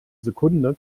sekunde